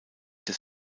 des